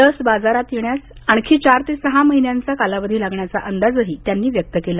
लस बाजारात येण्यास आणखी चार ते सहा महिन्यांचा कालावधी लागण्याचा अंदाजही त्यांनी व्यक्त केला